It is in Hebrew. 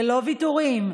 ללא ויתורים,